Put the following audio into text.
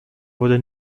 wurde